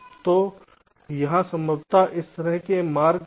तो यहाँ संभवतः इस तरह से एक मार्ग लेना होगा